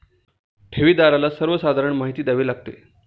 ठेवीदाराला सर्वसाधारण माहिती द्यावी लागते